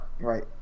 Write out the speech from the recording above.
Right